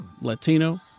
Latino